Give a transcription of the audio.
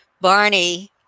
barney